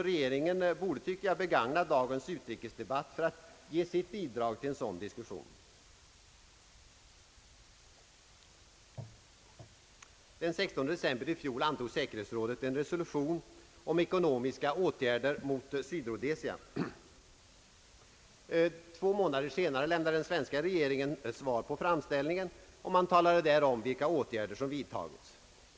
Regeringen borde, tycker jag, begagna dagens utrikesdebatt för att ge sitt bidrag till en sådan diskussion. Den 16 december i fjol antog säkerhetsrådet en resolution om ekonomiska åtgärder mot Rhodesia. Två månader senare lämnade den svenska regeringen svar på denna framställning och talade där om vilka åtgärder som vidtagits.